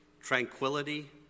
tranquility